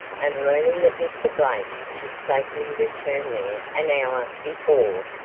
and learning that mr. blake had safely returned there an hour before,